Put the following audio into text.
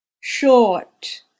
Short